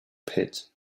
pit